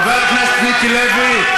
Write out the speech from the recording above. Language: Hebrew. אתה חצוף, חבר הכנסת מיקי לוי,